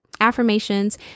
affirmations